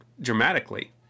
dramatically